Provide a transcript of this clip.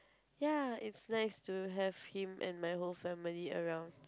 ya it's nice to have him and my whole family around